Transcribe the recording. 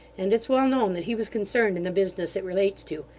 and it's well known that he was concerned in the business it relates to.